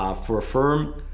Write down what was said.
um for a firm,